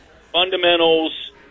fundamentals